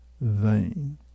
vain